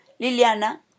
Liliana